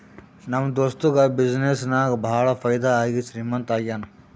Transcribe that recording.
ನಮ್ ದೋಸ್ತುಗ ಬಿಸಿನ್ನೆಸ್ ನಾಗ್ ಭಾಳ ಫೈದಾ ಆಗಿ ಶ್ರೀಮಂತ ಆಗ್ಯಾನ